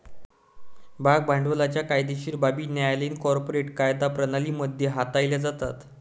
भाग भांडवलाच्या कायदेशीर बाबी न्यायालयीन कॉर्पोरेट कायदा प्रणाली मध्ये हाताळल्या जातात